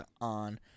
on